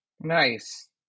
Nice